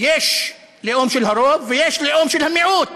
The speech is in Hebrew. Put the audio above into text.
יש לאום של הרוב, ויש לאום של המיעוט.